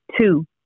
two